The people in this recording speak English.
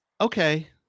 okay